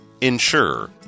Ensure